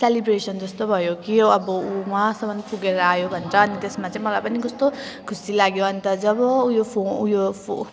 celebration जस्तो भयो कि यो अब ऊ वहाँसम्म पुगेर आयो भनेर अनि त्यसमा चाहिँ मलाई पनि कस्तो खुसी लाग्यो अन्त जब उयो फो उयो फो